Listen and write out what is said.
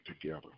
together